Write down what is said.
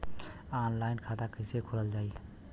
Online खाता कईसे खोलल जाई?